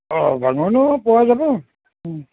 অঁ ভাঙনো পোৱা যাব